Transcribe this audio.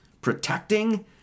protecting